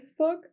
facebook